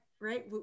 right